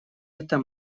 это